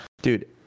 dude